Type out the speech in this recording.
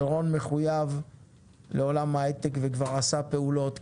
רון מחויב לעולם ההיי-טק ועשה כבר פעולות,